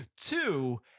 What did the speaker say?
Two